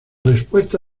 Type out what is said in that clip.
respuesta